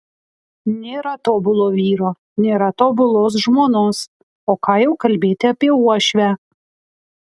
nėra tobulo vyro nėra tobulos žmonos o ką jau kalbėti apie uošvę